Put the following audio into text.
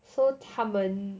so 他们